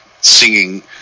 singing